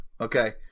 Okay